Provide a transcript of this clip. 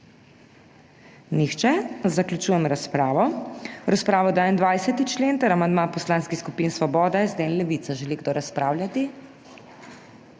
Nihče? Zaključujem razpravo. V razpravo dajem 20. člen ter amandma poslanskih skupin Svoboda, SD in Levica. Želi kdo razpravljati?